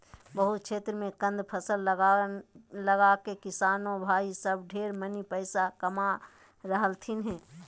बहुत क्षेत्र मे कंद फसल लगाके किसान भाई सब ढेर मनी पैसा कमा रहलथिन हें